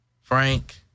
Frank